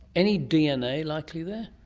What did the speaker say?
any dna likely there?